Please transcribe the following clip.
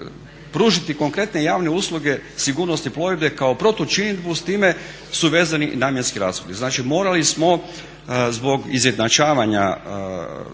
pružiti konkretne javne usluge sigurnosti plovidbe kao protučinidbu, s time su vezani namjenski rashodi. Znači morali smo zbog izjednačavanja